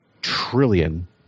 trillion